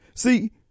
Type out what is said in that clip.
see